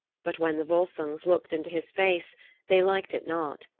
but when the volsungs looked into his face they liked it not.